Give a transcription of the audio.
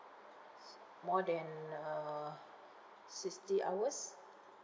s~ more than uh sixty hours